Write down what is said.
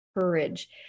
courage